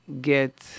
get